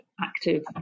active